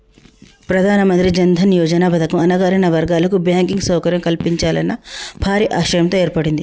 ప్రధానమంత్రి జన్ దన్ యోజన పథకం అణగారిన వర్గాల కు బ్యాంకింగ్ సౌకర్యం కల్పించాలన్న భారీ ఆశయంతో ఏర్పడింది